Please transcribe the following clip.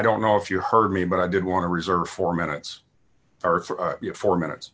don't know if you heard me but i did want to reserve four minutes or four minutes